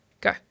Go